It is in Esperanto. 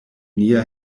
nia